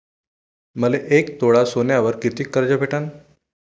मले एक तोळा सोन्यावर कितीक कर्ज भेटन?